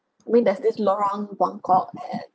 I mean there's this lorong buangkok and